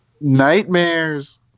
Nightmares